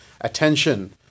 attention